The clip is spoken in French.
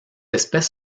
espèce